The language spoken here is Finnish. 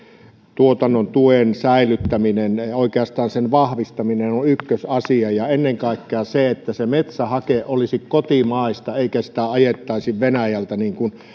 tuotannon tuen säilyttäminen ja oikeastaan sen vahvistaminen on on ykkösasia ja ennen kaikkea se että metsähake olisi kotimaista eikä sitä ajettaisi venäjältä